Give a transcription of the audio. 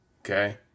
Okay